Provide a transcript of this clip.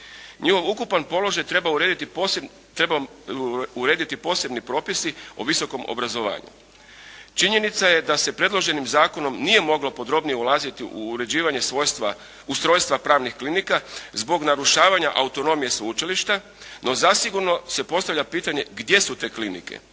Njihov ukupan položaj treba urediti posebni propisi o visokom obrazovanju. Činjenica je da se predloženim zakonom nije moglo podrobnije ulaziti u uređivanje ustrojstva pravnih klinika zbog narušavanja autonomije sveučilišta, no zasigurno se postavlja pitanje gdje su te klinike